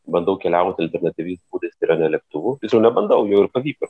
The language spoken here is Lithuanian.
bandau keliauti alternatyviais būdais tai yra ne lėktuvu nebandau jau ir pavyko